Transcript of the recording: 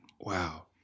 Wow